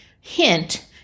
hint